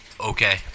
okay